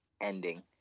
ending